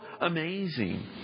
amazing